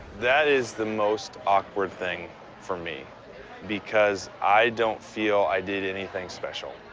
that is the most awkward thing for me because i don't feel i did anything special.